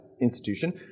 institution